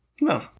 No